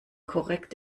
korrekt